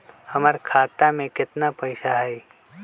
हमर खाता में केतना पैसा हई?